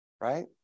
right